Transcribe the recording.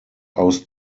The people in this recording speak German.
aus